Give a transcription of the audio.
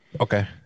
Okay